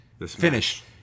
Finish